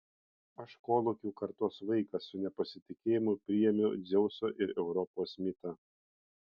aš kolūkių kartos vaikas su nepasitikėjimu priėmiau dzeuso ir europos mitą